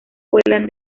vuelan